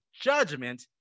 judgment